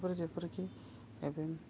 ତା'ପରେ ଯେପରିକି ଏବେ